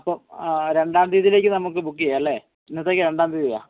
അപ്പോള് രണ്ടാം തീയതിലേക്കു നമുക്ക് ബുക്ക്യ്യാം അല്ലേ എന്നത്തേക്കാ രണ്ടാം തീയതിയാ